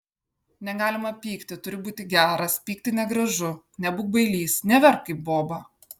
negalima pykti turi būti geras pykti negražu nebūk bailys neverk kaip boba